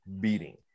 beating